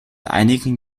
einigen